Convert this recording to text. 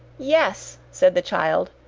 yes! said the child,